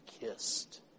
kissed